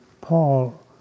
Paul